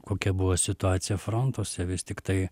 kokia buvo situacija frontuose vis tiktai